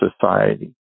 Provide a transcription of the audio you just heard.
Society